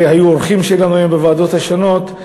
שהיו האורחים שלנו היום בוועדות השונות,